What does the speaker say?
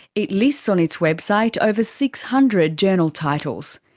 it lists on its website over six hundred journal titles.